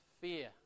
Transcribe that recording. fear